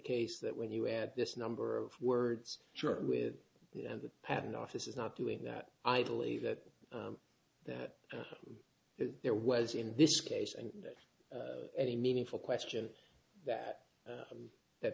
case that when you add this number of words you're with the patent office is not doing that i believe that that there was in this case and any meaningful question that that